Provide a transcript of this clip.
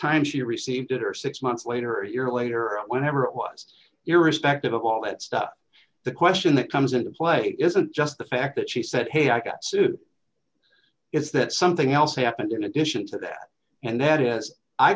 time she received it or six months later or your later or whatever it was irrespective of all that stuff the question that comes into play isn't just the fact that she said hey i got to is that something else happened in addition to that and that is i